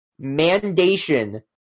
mandation